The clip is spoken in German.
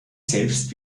selbst